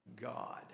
God